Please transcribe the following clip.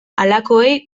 halakoei